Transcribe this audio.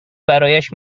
برایش